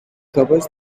covers